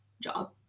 job